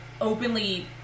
openly